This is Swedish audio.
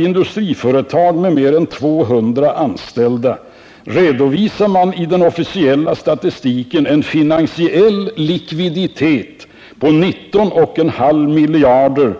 Industriföretag med mer än 200 anställda redovisar i den officiella statistiken en finansiell likviditet på 19,5 miljarder.